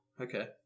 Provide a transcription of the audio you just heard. okay